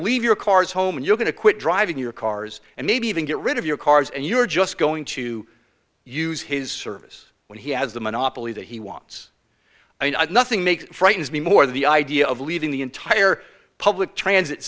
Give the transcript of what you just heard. leave your cars home and you're going to quit driving your cars and maybe even get rid of your cars and you're just going to use his service when he has the monopoly that he wants i mean nothing makes frightens me more than the idea of leaving the entire public transit